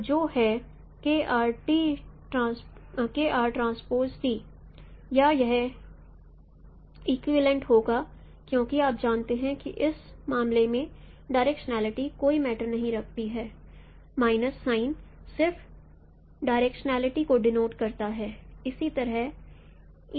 तो जो है या यह इक्विवलेंट होगा क्योंकि आप जानते हैं कि इस मामले में डायरेक्शनलीटी कोई मैटर नहीं रखती है माइनस साइन सिर्फ डायरेक्शनलीटी को डिनोट करता है